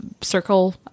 circle